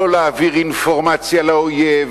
לא להעביר אינפורמציה לאויב,